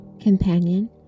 Companion